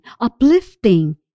uplifting